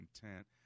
content